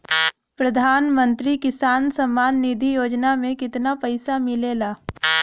प्रधान मंत्री किसान सम्मान निधि योजना में कितना पैसा मिलेला?